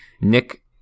Nick